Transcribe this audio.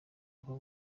uko